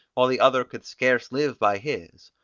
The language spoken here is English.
while the other could scarce live by his.